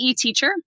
teacher